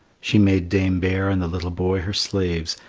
she made dame bear and the little boy her slaves,